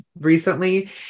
recently